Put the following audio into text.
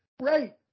Right